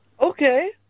Okay